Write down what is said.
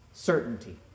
Certainty